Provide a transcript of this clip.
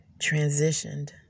transitioned